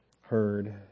heard